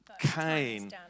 Cain